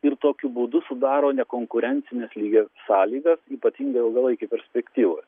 ir tokiu būdu sudaro nekonkurencines lygias sąlygas ypatingai ilgalaikėj perspektyvoj